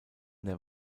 der